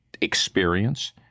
experience